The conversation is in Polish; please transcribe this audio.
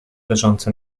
leżący